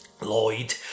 Lloyd